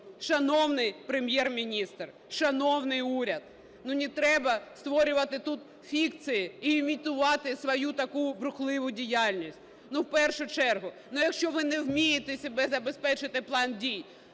Шановний Прем'єр-міністре, шановний уряд, не треба створювати тут фікції і імітувати свою таку бурхливу діяльність. Ну, в першу чергу, ну, якщо ви не вмієте собі забезпечити план дій,